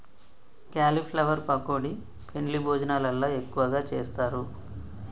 cauliflower pakodi పెండ్లి భోజనాలల్ల ఎక్కువగా చేస్తారు